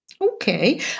Okay